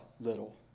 little